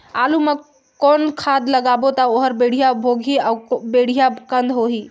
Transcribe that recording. आलू मा कौन खाद लगाबो ता ओहार बेडिया भोगही अउ बेडिया कन्द होही?